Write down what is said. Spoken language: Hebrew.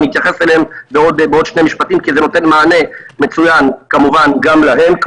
אתייחס אליהם בעוד שני משפטים כי זה נותן מענה מצוין כמובן גם להם,